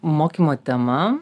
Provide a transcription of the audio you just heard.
mokymo tema